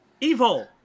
evil